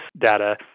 data